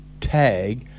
tag